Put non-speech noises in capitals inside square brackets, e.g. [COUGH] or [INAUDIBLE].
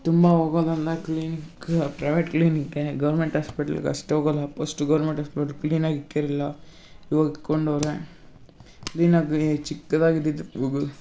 ತುಂಬ ಹೋಗೋದಲ್ಲ clinic private ಕ್ಲೀನಿಕ್ಗೆ ಗೌರ್ಮೆಂಟ್ ಹಾಸ್ಪಿಟ್ಲ್ಗೆ ಅಷ್ಟೇ ಹೋಗೋದ್ ಪಸ್ಟು ಗೌರ್ಮೆಂಟ್ ಹಾಸ್ಪಿಟಲ್ ಕ್ಲೀನಾಗಿ ಇಟ್ಟಿರಲ್ಲ ಇವಾಗ ಇಟ್ಕೊಂಡವ್ರೆ ಕ್ಲೀನಾಗಿ ಚಿಕ್ಕದಾಗಿ ಇದ್ದಿದ್ದು [UNINTELLIGIBLE]